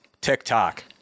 TikTok